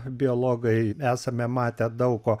biologai esame matę daug ko